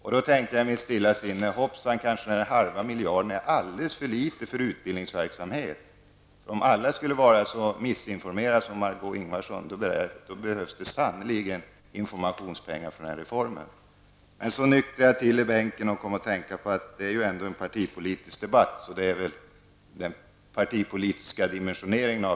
Jag tänkte i mitt stilla sinne: Hoppsan! Kanske är den halva miljarden för utbildningsverksamhet alldeles för litet. Om alla skulle vara så felinformerade som Margó Ingvardsson, behövs det sannerligen informationspengar för den här reformen. Men så nyktrade jag till i bänken och kom att tänka på att det ändå är en partipolitisk debatt och att det nog är fråga om en partipolitisk vinkling.